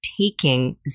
taking